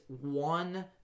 one